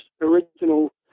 original